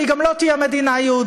אבל היא גם לא תהיה מדינה יהודית,